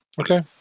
Okay